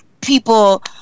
people